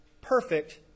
Perfect